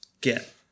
get